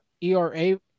ERA